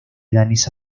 danesa